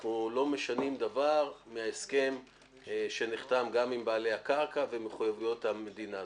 אנחנו לא משנים דבר מההסכם שנחתם גם עם בעלי הקרקע ומחויבויות המדינה.